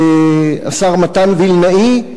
השר מתן וילנאי,